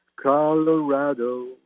Colorado